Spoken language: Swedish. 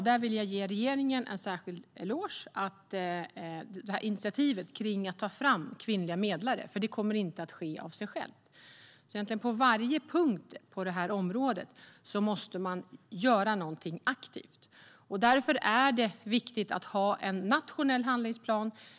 Där vill jag ge regeringen en särskild eloge för initiativet att ta fram kvinnliga medlare. Det kommer inte att ske av sig självt. På varje punkt på området måste man göra någonting aktivt. Därför är det viktigt att ha en nationell handlingsplan.